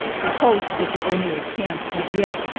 the post, which is only a camp as yet,